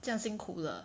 这样辛苦了